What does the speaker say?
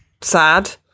sad